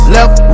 Left